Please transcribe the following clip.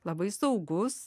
labai saugus